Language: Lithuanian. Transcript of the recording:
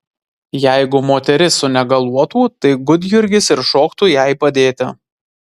jeigu moteris sunegaluotų tai gudjurgis ir šoktų jai padėti